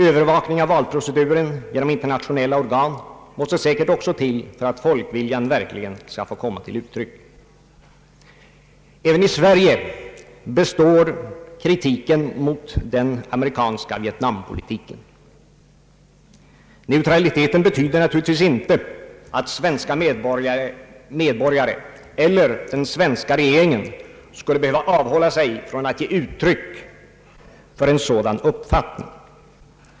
Övervakning av valproceduren genom internationella organ måste säkert också till för ait folkviljan verkligen skall få komma till uttryck. Även i Sverige består kritiken mot den amerikanska <Vietnampolitiken. Neutraliteten betyder naturligtvis inte att svenska medborgare eller den svenska regeringen skulle behöva avhålla sig från att ge uttryck för en sådan uppfattning.